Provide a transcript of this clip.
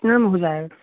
कितनामे हो जाएगा